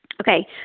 Okay